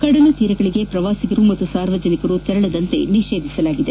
ಕಡಲ ತೀರಗಳಿಗೆ ಪ್ರವಾಸಿಗರು ಹಾಗೂ ಸಾರ್ವಜನಿಕರು ತೆರಳದಂತೆ ನಿಷೇಧಿಸಲಾಗಿದೆ